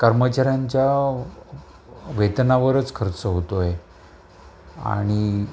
कर्मचऱ्यांच्या वेतनावरच खर्च होतोय आणि